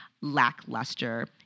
lackluster